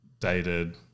Dated